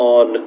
on